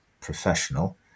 professional